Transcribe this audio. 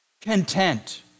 content